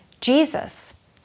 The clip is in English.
Jesus